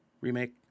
remake